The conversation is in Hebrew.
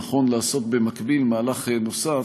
נכון לעשות במקביל מהלך נוסף,